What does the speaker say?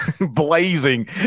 blazing